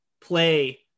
play